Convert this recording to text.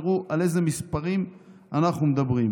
תראו על אילו מספרים אנחנו מדברים.